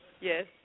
Yes